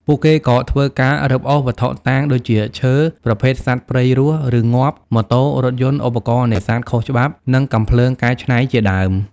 ពួកគេក៏ធ្វើការ រឹបអូសវត្ថុតាង ដូចជាឈើ ប្រភេទសត្វព្រៃរស់ ឬងាប់ ម៉ូតូ រថយន្ត ឧបករណ៍នេសាទខុសច្បាប់ និងកាំភ្លើងកែច្នៃជាដើម។